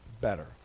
better